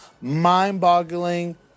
mind-boggling